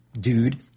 dude